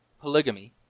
polygamy